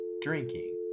drinking